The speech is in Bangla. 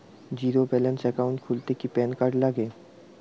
জীরো ব্যালেন্স একাউন্ট খুলতে কি প্যান কার্ড লাগে?